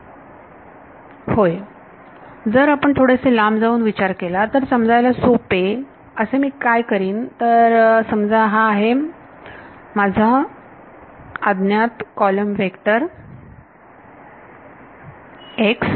विद्यार्थी होय जर आपण थोडेसे लांब जाऊन विचार केला तर समजायला सोपे असे मी काय करीन तर समजा हा आहे माझा अज्ञात कॉलम व्हेक्टर x